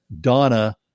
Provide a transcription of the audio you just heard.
Donna